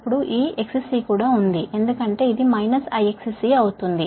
ఇప్పుడు ఈ XC కూడా ఉంది ఎందుకంటే ఇది మైనస్ IXC అవుతుంది